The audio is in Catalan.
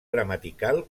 gramatical